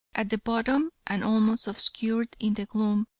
at the bottom, and almost obscured in the gloom,